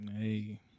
Hey